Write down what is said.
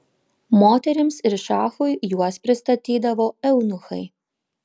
moterims ir šachui juos pristatydavo eunuchai